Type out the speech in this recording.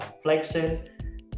flexion